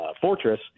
fortress